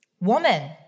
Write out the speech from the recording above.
Woman